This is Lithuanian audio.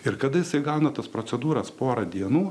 ir kada jisai gauna tas procedūras porą dienų